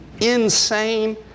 insane